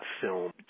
film